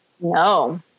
No